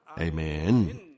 Amen